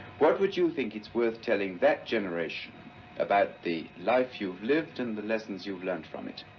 what would you think it's worth telling that generation about the life you've lived and the lesson's you've learned from it?